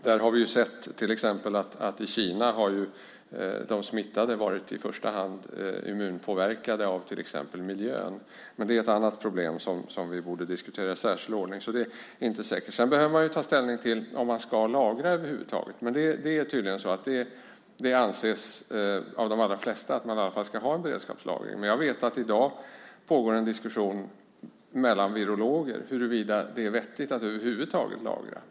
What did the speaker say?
Vi har sett att de smittade i till exempel Kina i första hand varit immunpåverkade av bland annat miljön. Men det är ett annat problem som vi bör diskutera i särskild ordning. Det är alltså inte säkert. Vi behöver också ta ställning till om vi ska lagra över huvud taget. Det anses tydligen av de allra flesta att vi åtminstone ska ha en beredskapslagring. Jag vet att det i dag pågår en diskussion mellan virologer om huruvida det är vettigt att alls lagra.